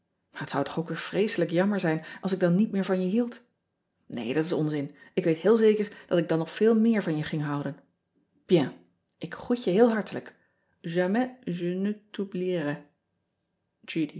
aar het zou toch ook weer vreeeselijk jammer zijn als ik dan niet meer van je hield ee dat is onzin ik weet heel zeker dat ik dan nog veel meer van je ging houden ien k groet je heel hartelijk amais je